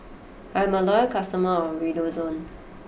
I'm a loyal customer of Redoxon